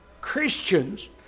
Christians